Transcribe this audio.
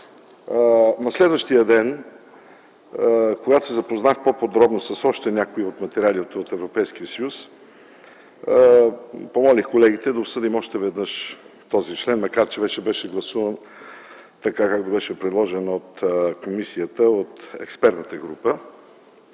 На следващия ден, когато се запознах по-подробно с още някои материали от Европейския съюз, помолих колегите да обсъдим още веднъж този член, макар че вече беше гласуван, както беше предложен от експертната група.